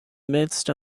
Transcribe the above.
midst